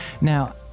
Now